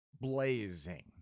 blazing